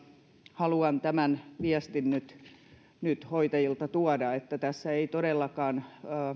haluan tämän viestin nyt nyt hoitajilta tuoda että tässä ei todellakaan